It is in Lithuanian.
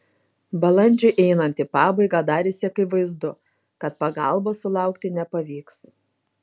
balandžiui einant į pabaigą darėsi akivaizdu kad pagalbos sulaukti nepavyks